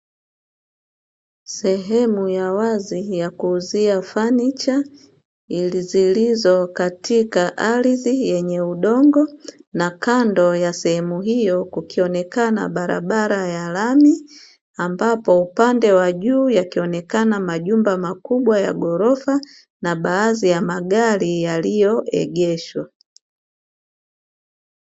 Sehemu ya wazi ya kuuzia fanicha ziilizo katika ardhi yenye udongo, na kando ya sehemu hiyo kukionekana barabara ya lami, ambapo upande wa juu yakionekana majumba makubwa ya ghorofa, na baadhi ya magari yaliyoegeshwa.